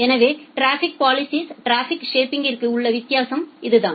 எனவே traffic policies traffic ஷேப்பிங்ற்கும் உள்ள வித்தியாசம் இதுதான்